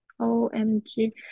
OMG